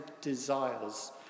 desires